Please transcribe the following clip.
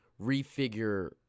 refigure